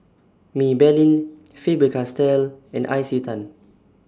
Maybelline Faber Castell and Isetan